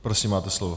Prosím, máte slovo.